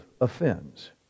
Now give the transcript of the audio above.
offends